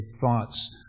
thoughts